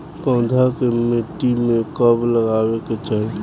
पौधा के मिट्टी में कब लगावे के चाहि?